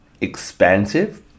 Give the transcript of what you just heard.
expansive